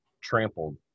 trampled